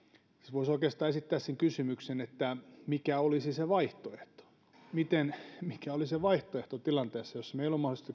voisi oikeastaan esittää sen kysymyksen että mikä olisi se vaihtoehto mikä olisi se vaihtoehto tilanteessa jossa meillä on mahdollisesti